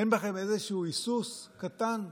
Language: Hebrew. אין בכם איזשהו היסוס קטן?